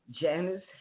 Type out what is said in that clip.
Janice